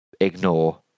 ignore